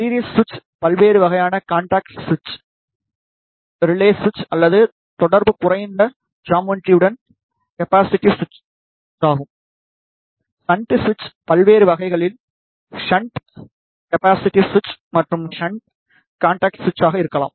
series சுவிட்ச் பல்வேறு வகையான கான்டக்ட் சுவிட்ச் ரிலே சுவிட்ச் அல்லது தொடர்பு குறைந்த ஜாமெட்ரியுடன் கபாஸிடீவ் சுவிட்ச் ஆகும் ஷன்ட் சுவிட்ச் பல்வேறு வகைகளில் ஷன்ட் கபாஸிடீவ் சுவிட்ச் மற்றும் ஷன்ட் கான்டக்ட் சுவிட்ச் இருக்கலாம்